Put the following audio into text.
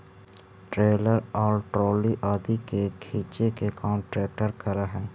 trailer और trolley आदि के खींचे के काम ट्रेक्टर करऽ हई